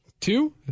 two